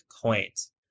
coins